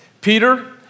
Peter